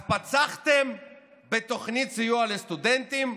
אז פצחתם בתוכנית סיוע לסטודנטים,